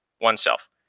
oneself